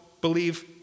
believe